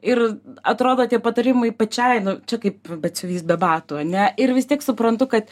ir atrodo tie patarimai pačiai nu čia kaip batsiuvys be batų ane ir vis tiek suprantu kad